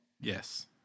Yes